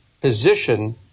position